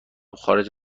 خارج